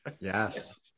Yes